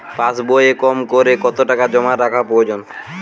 পাশবইয়ে কমকরে কত টাকা জমা রাখা প্রয়োজন?